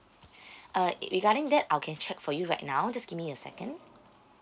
uh regarding that I can check for you right now just give me a second